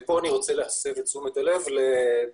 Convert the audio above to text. ופה אני רוצה להסב את תשומת הלב לפערים